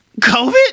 COVID